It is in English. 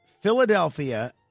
Philadelphia